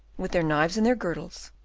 with their knives in their girdles,